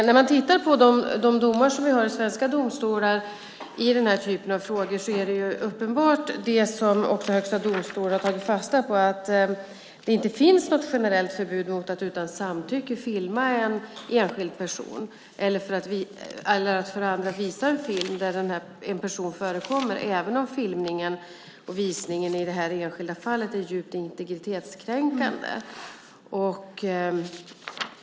När man tittar på de domar som har fällts i svenska domstolar i den här typen av frågor ser man att Högsta domstolen också uppenbart har tagit fasta på att det inte finns något generellt förbud mot att utan samtycke filma en enskild person eller att visa en film där en person förekommer även om filmningen och visningen i det enskilda fallet är djupt integritetskränkande.